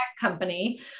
company